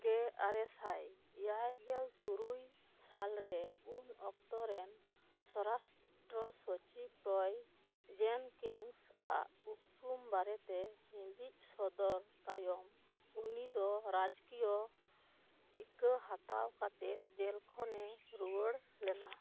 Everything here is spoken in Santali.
ᱜᱮ ᱟᱨᱮ ᱥᱟᱭ ᱮᱭᱟᱭ ᱜᱮᱞ ᱛᱩᱨᱩᱭ ᱥᱟᱞᱨᱮ ᱩᱱ ᱚᱠᱛᱚᱨᱮᱱ ᱥᱚᱨᱟᱥᱴᱨᱚ ᱥᱚᱪᱤᱵᱽ ᱨᱚᱭ ᱡᱮᱱᱠᱤᱱᱥᱟᱜ ᱩᱯᱨᱩᱢ ᱵᱟᱨᱮᱛᱮ ᱦᱤᱸᱫᱤᱡ ᱥᱚᱫᱚᱨ ᱛᱟᱭᱚᱢ ᱩᱱᱤ ᱫᱚ ᱨᱟᱡᱚᱠᱤᱭᱚ ᱤᱠᱟᱹ ᱦᱟᱛᱟᱣ ᱠᱟᱛᱮᱫ ᱡᱮᱞ ᱠᱷᱚᱱᱮ ᱨᱩᱣᱟᱹᱲ ᱞᱮᱱᱟ